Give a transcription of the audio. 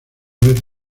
vez